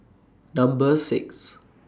Number six